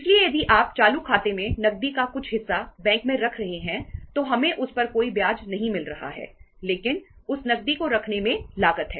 इसलिए यदि आप चालू खाते में नकदी का कुछ हिस्सा बैंक में रख रहे हैं तो हमें उस पर कोई ब्याज नहीं मिल रहा है लेकिन उस नकदी को रखने में लागत है